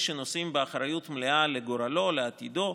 שנושאים באחריות מלאה לגורלו ולעתידו.